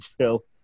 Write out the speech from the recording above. chill